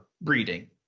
breeding